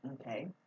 Okay